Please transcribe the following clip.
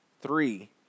Three